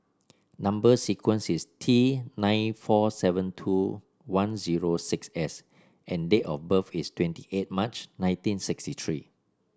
number sequence is T nine four seven two one zero six S and date of birth is twenty eight March nineteen sixty three